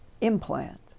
implant